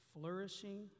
flourishing